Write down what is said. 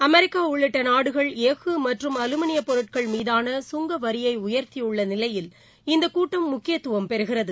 America உள்ளிட்ட நாடுகள் எஃகு மற்றும் அலுமினிய பொருட்கள் மீதான சுங்கவரியை உயர்த்தியுள்ள நிலையில் இந்த கூட்டம் முக்கியத்துவம் பெறுகிறது